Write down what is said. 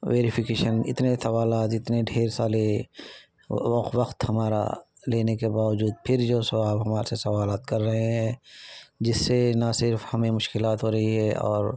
verification اتنے سوالات اتنے ڈھیر سارے وقت ہمارا لینے کے باوجود پھر جو سوال وہاں سے سوالات کر رہے ہیں جس سے نہ صرف ہمیں مشکلات ہو رہی ہے اور